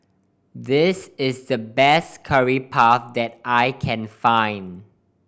this is the best Curry Puff that I can find